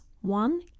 one